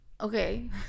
Okay